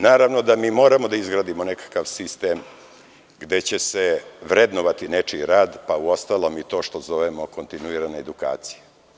Naravno da mi moramo da izgradimo nekakav sistem gde će se vrednovati nečiji rad, a uostalom i to što zovemo kontinuirana edukacija.